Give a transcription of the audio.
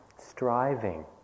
striving